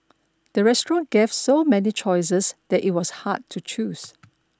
the restaurant gave so many choices that it was hard to choose